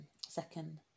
second